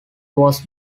was